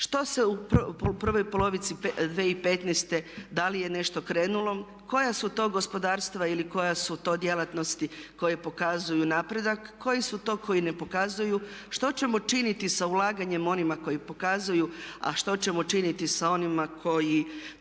što se u prvoj polovici 2015. da li je nešto krenulo, koja su to gospodarstva ili koje su to djelatnosti koje pokazuju napredak? Koji su to koji ne pokazuju? Što ćemo činiti sa ulaganjem onima koji pokazuju a što ćemo činiti sa onima koji